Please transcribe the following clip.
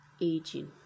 aging